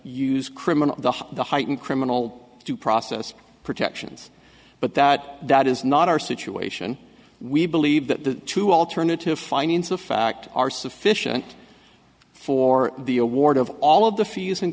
use criminal the heightened criminal due process protections but that that is not our situation we believe that the two alternative findings of fact are sufficient for the award of all of the fees and